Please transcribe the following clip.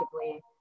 effectively